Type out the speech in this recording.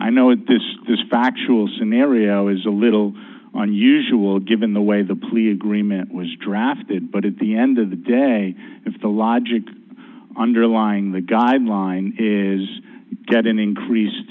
i know it this this factual scenario is a little unusual given the way the plea agreement was drafted but at the end of the day if the logic underlying the guideline is get an increased